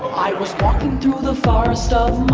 i was walking through the forest,